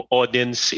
audience